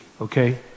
okay